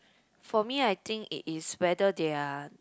for me I think it is whether they are